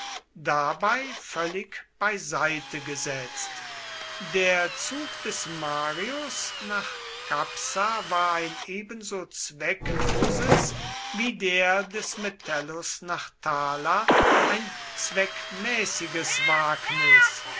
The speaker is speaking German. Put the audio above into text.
dabei völlig beiseite gesetzt der zug des marius nach capsa war ein ebenso zweckloses wie der des metellus nach thala ein zweckmäßiges wagnis